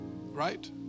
right